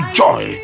joy